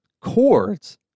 chords